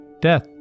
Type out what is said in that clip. Death